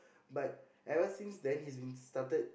but ever since then he's been started